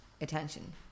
attention